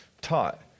taught